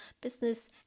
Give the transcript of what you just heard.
business